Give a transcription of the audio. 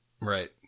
Right